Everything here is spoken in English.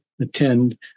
attend